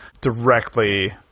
directly